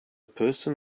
person